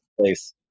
place